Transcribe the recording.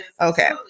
okay